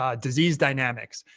ah disease dynamics.